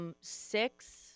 Six